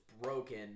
broken